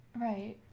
Right